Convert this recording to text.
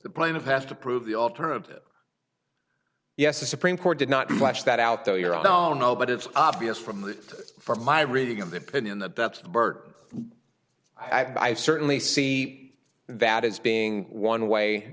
the plaintiff has to prove the alternative yes the supreme court did not do much that out though you're i don't know but it's obvious from the from my reading of the opinion that that's the bird i certainly see that as being one way